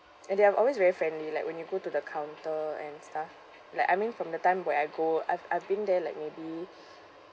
and they have always very friendly like when you go to the counter and stuff like I mean from the time where I go I've I've been there like maybe